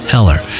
Heller